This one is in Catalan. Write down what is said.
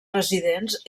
residents